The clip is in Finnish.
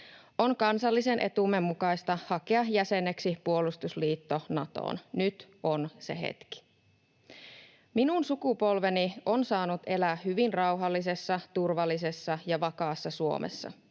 On kansallisen etumme mukaista hakea jäseneksi puolustusliitto Natoon. Nyt on se hetki. Minun sukupolveni on saanut elää hyvin rauhallisessa, turvallisessa ja vakaassa Suomessa.